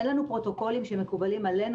אין לנו פרוטוקולים שמקובלים עלינו